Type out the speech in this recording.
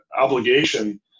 obligation